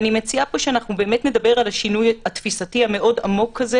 אני מציעה שנדבר פה על השינוי התפיסתי המאוד עמוק הזה.